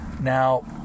Now